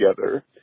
together